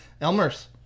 elmer's